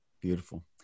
Beautiful